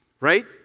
right